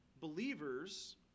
believers